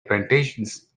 plantations